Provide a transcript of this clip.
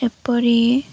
ଏପରି